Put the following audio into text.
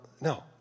no